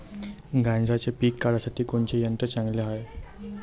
गांजराचं पिके काढासाठी कोनचे यंत्र चांगले हाय?